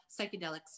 psychedelics